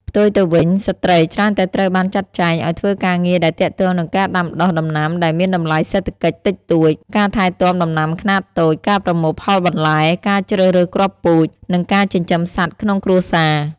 ផ្ទុយទៅវិញ ស្ត្រីច្រើនតែត្រូវបានចាត់ចែងឲ្យធ្វើការងារដែលទាក់ទងនឹងការដាំដុះដំណាំដែលមានតម្លៃសេដ្ឋកិច្ចតិចតួច ការថែទាំដំណាំខ្នាតតូច ការប្រមូលផលបន្លែ ការជ្រើសរើសគ្រាប់ពូជ និងការចិញ្ចឹមសត្វក្នុងគ្រួសារ។